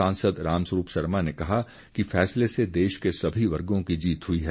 सांसद रामस्वरूप शर्मा ने कहा कि फैसले से देश के सभी वर्गो की जीत हुई है